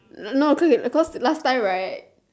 no cause it cause last time right